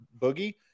Boogie